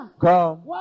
Come